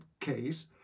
case